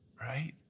right